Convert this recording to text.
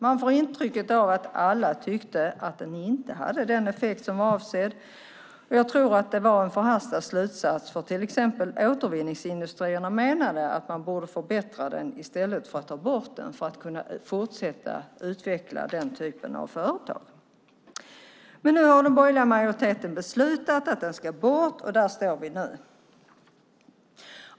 Man får intrycket att alla tyckte att den inte hade avsedd effekt. Jag tror att det var en förhastad slutsats. Till exempel återvinningsindustrierna menade att man borde förbättra den i stället för att ta bort den för att kunna fortsätta utveckla denna typ av företag. Men nu har den borgerliga majoriteten beslutat att den ska bort, och där står vi nu.